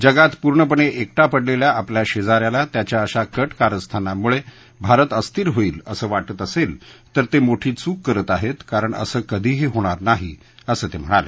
जगात पूर्णपणे एकटा पडलेल्या आपल्या शेजाऱ्याला त्याच्या अशा कट कारस्थानांमुळे भारत अस्थिर होईल असं वाटत असेल तर ते मोठी चूक करत आहेत कारण असं कधीही होणार नाही असं ते म्हणाले